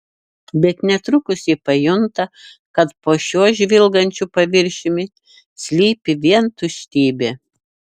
bet netrukus ji pajunta kad po šiuo žvilgančiu paviršiumi slypi vien tuštybė